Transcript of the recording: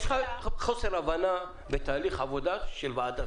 יש לך חוסר הבנה בתהליך עבודה של ועדה,